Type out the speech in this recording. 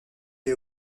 est